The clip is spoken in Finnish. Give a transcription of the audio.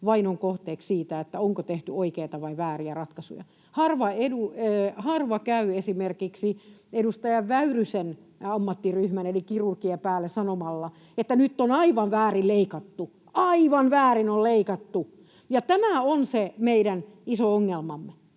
vainon kohteeksi siitä, onko tehty oikeita vai vääriä ratkaisuja. Harva käy esimerkiksi edustaja Väyrysen ammattiryhmän eli kirurgien päälle sanomalla, että nyt on aivan väärin leikattu, aivan väärin on leikattu. Tämä on se meidän iso ongelmamme.